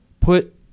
put